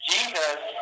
Jesus